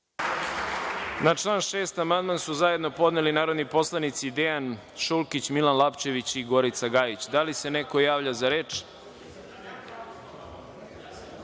član 6. amandman su zajedno podneli narodni poslanici Dejan Šulkić, Milan Lapčević i Gorica Gajić. Da li se neko javlja za